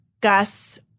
Gus